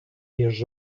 years